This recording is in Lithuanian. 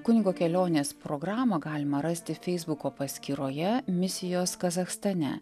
kunigo kelionės programą galima rasti feisbuko paskyroje misijos kazachstane